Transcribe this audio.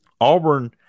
Auburn